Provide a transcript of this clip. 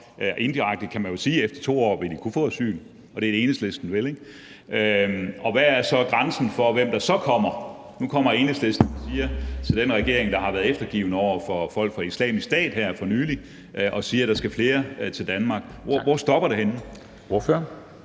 indirekte kan man jo sige, at efter de 2 år vil de kunne få asyl, og at det er det, Enhedslisten vil. Hvad er grænsen for, hvem der så kommer? Nu kommer Enhedslisten til den regering, der har været eftergivende over for folk fra Islamisk Stat her for nylig, og siger, at der skal flere til Danmark. Hvor stopper det?